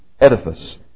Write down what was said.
edifice